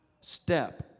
step